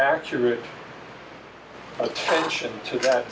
accurate attention to that